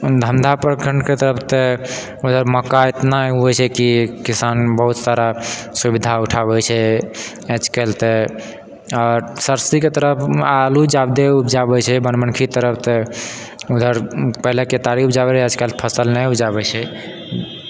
धन्धापर कनिके तरफ तऽ उधर मकइ एतना होइत छै कि किसान बहुत सारा सुविधा उठाबैत छै आजकल तऽ आओर सरसीके तरफ आलू ज्यादे उपजाबैत छै बनमनखी तरफ तऽ उधर पहिले केतारी उपजाबैत रहै आजकल फसल नहि उपजाबैत छै